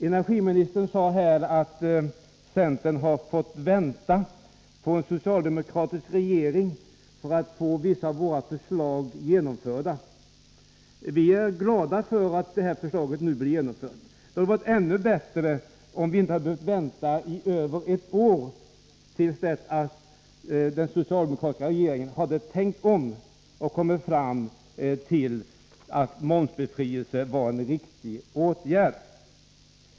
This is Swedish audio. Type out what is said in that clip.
Energiministern sade att centern har fått vänta på en socialdemokratisk regering för att få vissa av sina förslag genomförda. Vi är glada att detta förslag nu blir genomfört. Det hade varit ännu bättre om vi inte hade behövt vänta över ett år till dess att den socialdemokratiska regeringen hade tänkt om och kommit fram till att momsbefrielse är en riktig åtgärd.